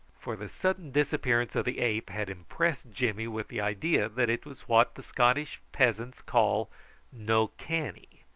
for the sudden disappearance of the ape had impressed jimmy with the idea that it was what the scottish peasants call no canny,